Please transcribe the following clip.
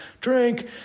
drink